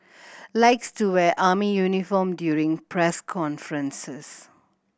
likes to wear army uniform during press conferences